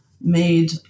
made